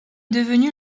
devenue